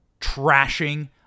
trashing